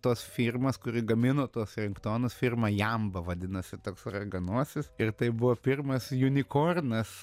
tos firmos kuri gamino tuos ringtonus firma jamba vadinosi toks raganosis ir tai buvo pirmas junikornas